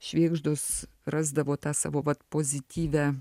švėgždos rasdavo tą savo vat pozityvią